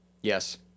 Yes